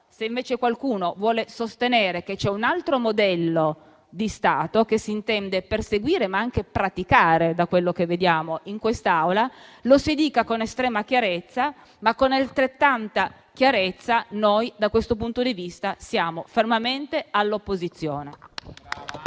Se, invece, qualcuno vuole sostenere che c'è un altro modello di Stato che si intende perseguire, ma anche praticare, da quello che vediamo in quest'Aula, lo dica con estrema chiarezza. Ma, con altrettanta chiarezza, noi, da questo punto di vista, siamo fermamente all'opposizione.